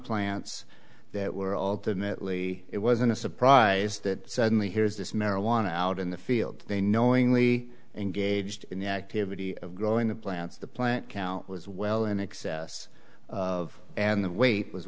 plants that were alternately it wasn't a surprise that suddenly here is this marijuana out in the field they knowingly engaged in the activity of growing the plants the plant count was well in excess of and the weight was